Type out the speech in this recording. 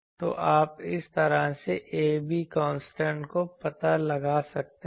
तो आप इस तरह से a b कॉन्स्टेंट का पता लगा सकते हैं